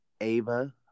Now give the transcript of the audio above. Ava